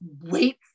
wait